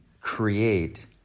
create